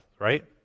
right